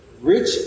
Rich